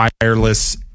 wireless